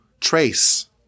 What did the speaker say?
trace